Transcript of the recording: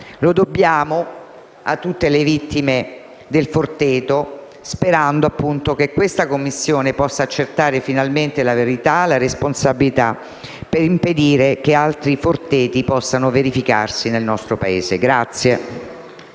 Lo dobbiamo a tutte le vittime della comunità Il Forteto, sperando che questa Commissione possa accertare finalmente la verità e le responsabilità per impedire che altri casi del genere possano verificarsi nel nostro Paese.